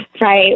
Right